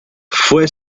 fue